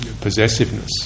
possessiveness